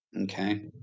Okay